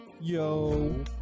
Yo